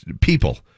people